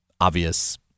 obvious